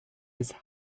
ist